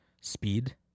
speed